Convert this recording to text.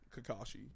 Kakashi